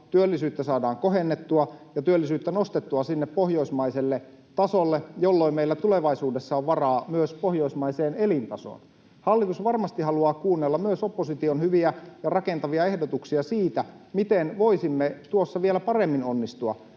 työllisyyttä saadaan kohennettua ja työllisyys nostettua sinne pohjoismaiselle tasolle, jolloin meillä tulevaisuudessa on varaa myös pohjoismaiseen elintasoon. Hallitus varmasti haluaa kuunnella myös opposition hyviä ja rakentavia ehdotuksia siitä, miten voisimme tuossa vielä paremmin onnistua.